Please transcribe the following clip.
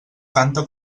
canta